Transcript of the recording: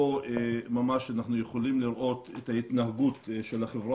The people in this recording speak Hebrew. פה ממש אנחנו יכולים לראות את ההתנהגות של החברה